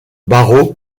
barrow